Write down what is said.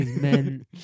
men